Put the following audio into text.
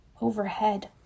Overhead